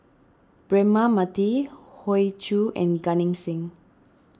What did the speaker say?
Braema Mathi Hoey Choo and Gan Eng Seng